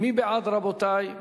מי בעד, רבותי?